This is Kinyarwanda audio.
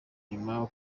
nyuma